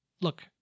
look